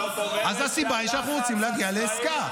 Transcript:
אז הסיבה היא שאנחנו רוצים להגיע לעסקה.